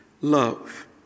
love